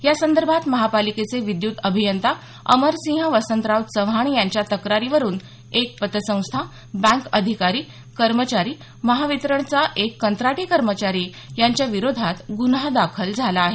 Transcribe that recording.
या संदर्भात महापालिकेचे विद्युत अभियंता अमरसिंह वसंतराव चव्हाण यांच्या तक्रारीवरून एक पतसंस्था बँक अधिकारी कर्मचारी महावितरणचा एक कंत्राटी कर्मचारी यांच्याविरोधात गुन्हा दाखल झाला आहे